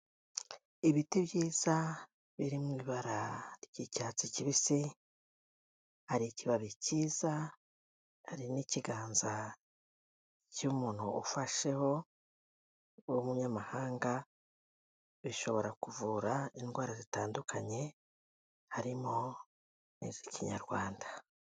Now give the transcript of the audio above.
Ibiti byiza biri mu ibara ry'icyatsi kibisi, hari ikibabi cyiza hari n'ikiganza cy'umuntu ufasheho w'umunyamahanga, bishobora kuvura indwara zitandukanye harimo n'iz'ikinyarwanda.